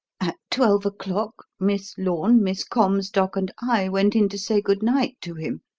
at twelve o'clock, miss lorne, miss comstock, and i went in to say good-night to him.